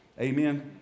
amen